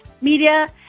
media